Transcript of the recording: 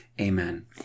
Amen